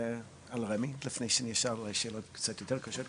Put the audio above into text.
רמ"י לפני שאני אשאל שאלות קצת יותר קשות,